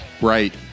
right